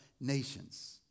nations